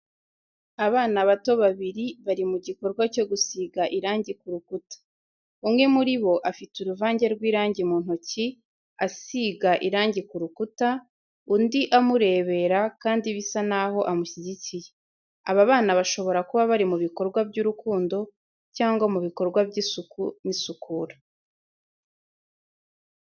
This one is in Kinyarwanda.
Abana bato babiri bari mu gikorwa cyo gusiga irangi ku rukuta. Umwe muri bo afite uruvange rw’irangi mu ntoki asiga irangi ku rukuta, undi amurebera kandi bisa naho amushyigikiye. Aba bana bashobora kuba bari mu bikorwa by’urukundo cyangwa mu bikorwa by’isuku n’isukura.